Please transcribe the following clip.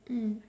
mm